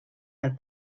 del